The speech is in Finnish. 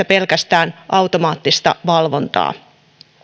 pelkästään automaattista valvontaa